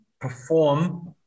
perform